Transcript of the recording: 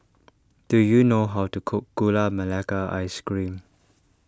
do you know how to cook Gula Melaka Ice Cream